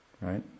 Right